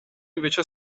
invece